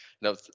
no